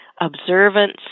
observance